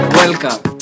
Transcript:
welcome